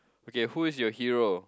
okay who is your hero